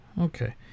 okay